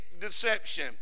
deception